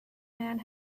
man